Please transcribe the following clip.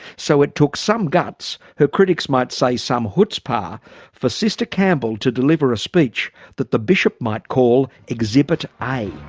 so it took some guts her critics might say, some chutzpah for sister campbell to deliver a speech that the bishop might call exhibit a.